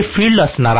हे फील्ड असणार आहे